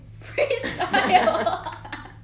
Freestyle